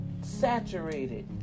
saturated